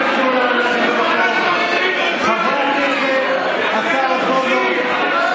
חבר הכנסת מלכיאלי, נא